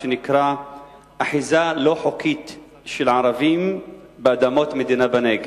שנקרא אחיזה לא חוקית של ערבים באדמות מדינה בנגב.